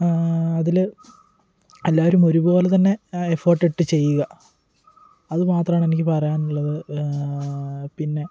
അതില് എല്ലാവരും ഒരുപോലെ തന്നെ എഫർട്ട് ഇട്ട് ചെയ്യുക അതു മാത്രാണ് എനിക്ക് പറയാനുള്ളത് പിന്നെ